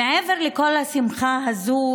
מעבר לכל השמחה הזאת,